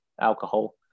alcohol